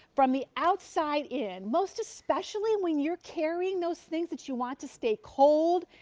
from the outside in. most especially when you are carrying those things that you want to stay cold,